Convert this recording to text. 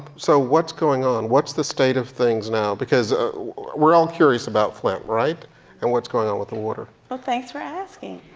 so what's going on? what's the state of things now? because we're all curious about flint, and what's going on with the water. well thanks for asking.